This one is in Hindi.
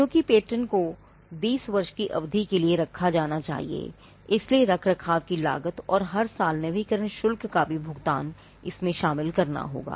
क्योंकि पैटर्न को 20 वर्ष की अवधि के लिए रखा जाना चाहिएइसलिए रखरखाव की लागत और हर साल नवीकरण शुल्क का भी भुगतान भी इसमें शामिल करना होगा